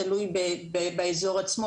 תלוי באזור עצמו,